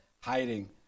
hiding